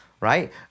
right